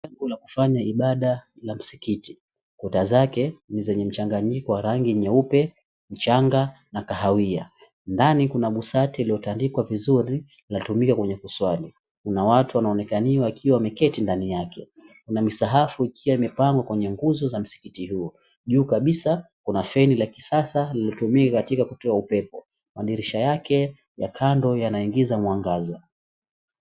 Jengo la kufanya ibada la msikiti. Kuta zake ni zenye mchnganyiko wa rangi nyeupe, mchanga na kahawia. Ndani kuna busati lililotandikwa vizuri latumika kwenye kusali. Kuna watu wanaonekaniwa wakiwa wameketi ndani yake. Kuna misahafu ikiwa imepangwa kwenye nguzo za msikiti huo. Juu kabisa kuna feni la kisasa linalotumika kutoa upepo. Madirisha yake ya kando yanaingiza mwangaza.